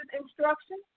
instruction